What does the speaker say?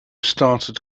started